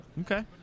Okay